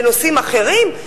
בנושאים אחרים,